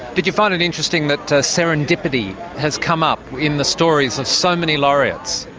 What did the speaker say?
did you find it interesting that serendipity has come up in the stories of so many laureates?